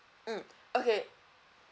mm okay